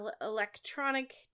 electronic